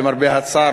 למרבה הצער,